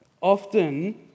often